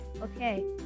Okay